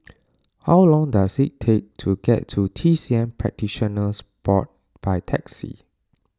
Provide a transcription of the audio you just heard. how long does it take to get to T C M Practitioners Board by taxi